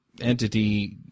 entity